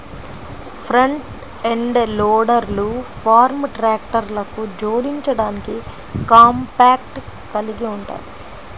front end లోడర్లు farm ట్రాక్టర్లకు జోడించడానికి కాంపాక్ట్ కలిగి ఉంటాయి